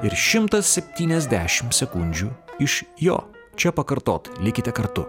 ir šimtas septyniasdešimt sekundžių iš jo čia pakartot likite kartu